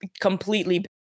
completely